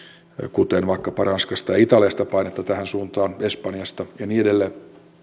kuten vaikkapa ranskasta ja italiasta painetta tähän suuntaan espanjasta ja niin edelleen